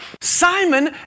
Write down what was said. Simon